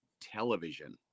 television